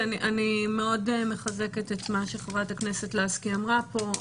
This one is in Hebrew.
אני מאוד מחזקת את מה שחברת הכנסת לסקי אמרה פה,